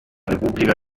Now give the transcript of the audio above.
repubblica